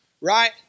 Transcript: Right